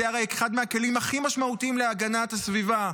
זה הרי אחד הכלים הכי משמעותיים להגנת הסביבה,